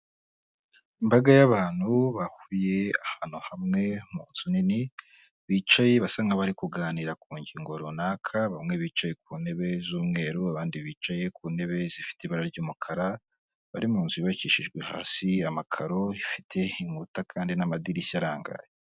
Ibaga y'abantu bahuriye ahantu hamwe, mu nzu nini bicaye basa nk'abari kuganira ku ngingo runaka, bamwe bicaye ku ntebe z'umweru, abandi bicaye ku ntebe zifite ibara ry'umukara, bari mu nzu yubakishijwe hasi amakaro ifite inkuta kandi n'amadirishya arangaye.